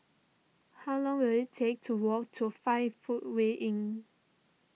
how long will it take to walk to five Footway Inn